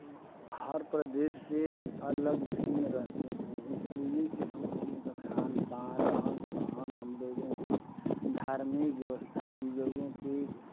हर प्रदेश से अलग भिन्न रहते हैं इसलिए कि हम लोगों का खान पान रहन सहन हम लोगों की धार्मिक व्यवस्था हम लोगों की